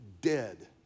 dead